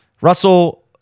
Russell